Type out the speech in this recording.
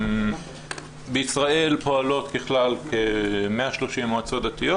בישראל פועלות ככלל כ-130 מועצות דתיות